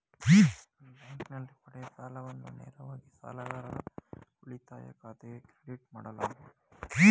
ಬ್ಯಾಂಕಿನಲ್ಲಿ ಪಡೆಯುವ ಸಾಲವನ್ನು ನೇರವಾಗಿ ಸಾಲಗಾರರ ಉಳಿತಾಯ ಖಾತೆಗೆ ಕ್ರೆಡಿಟ್ ಮಾಡಲಾಗುವುದು